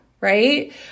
right